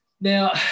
Now